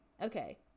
Okay